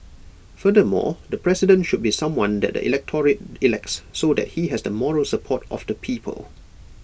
furthermore the president should be someone that the electorate elects so that he has the moral support of the people